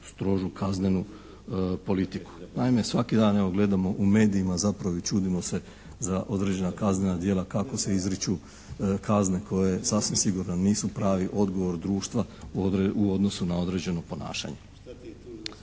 strožu kaznenu politiku. Naime, svaki dan gledamo u medijima zapravo i čudimo se za određena kaznena djela kako se izriču kazne koje sasvim sigurno nisu pravi odgovor društva u odnosu na određeno ponašanje.